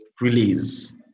release